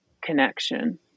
connection